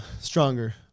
stronger